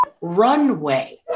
runway